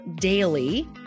daily